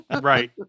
Right